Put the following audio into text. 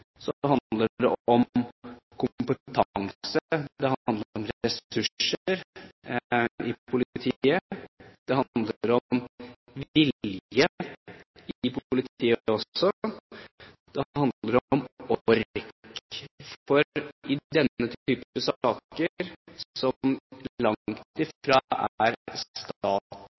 det om kompetanse og ressurser i politiet. Det handler også om vilje i politiet, og det handler om ork, for i denne type saker, som langt fra er